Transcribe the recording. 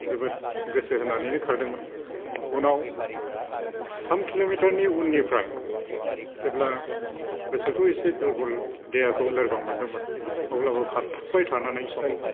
जोबोद गोसो होनानै खारदोंमोन उनाव थाम किल'मिटारनि उननिफ्राय जेब्ला गोसोखौ एसे दुर्बल देहाखौ लोरबां मोन्दोंमोन अब्लाबो खारथाब्बाय थानानै समाव